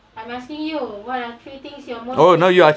orh now you are